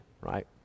right